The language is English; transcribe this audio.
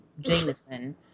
Jameson